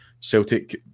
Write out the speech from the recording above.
Celtic